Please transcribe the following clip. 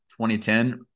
2010